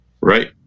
Right